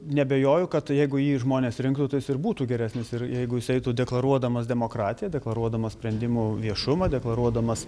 neabejoju kad jeigu jį žmonės rinktų tas jis ir būtų geresnis ir jeigu jis eitų deklaruodamas demokratiją deklaruodamas sprendimų viešumą deklaruodamas